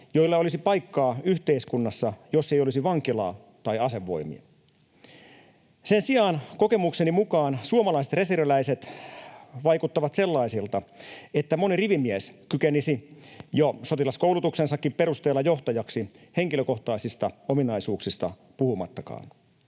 joilla ei olisi paikkaa yhteiskunnassa, jos ei olisi vankilaa tai asevoimia. Sen sijaan kokemukseni mukaan suomalaiset reserviläiset vaikuttavat sellaisilta, että moni rivimies kykenisi jo sotilaskoulutuksensakin perusteella johtajaksi henkilökohtaisista ominaisuuksista puhumattakaan.